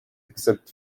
except